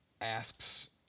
asks